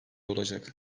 olacak